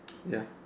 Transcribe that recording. ya